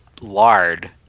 lard